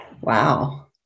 Wow